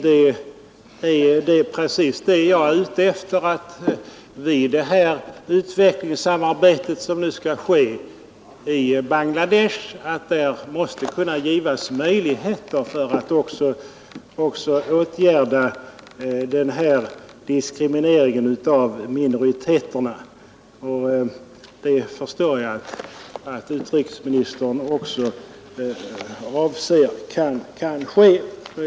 Det är precis vad jag är ute efter, att i det utvecklingssamarbete som nu skall ske i Bangladesh måste det också kunna ges möjligheter att åtgärda diskrimineringen av minoriteterna. Jag förstår att utrikesministern också anser att det kan ske.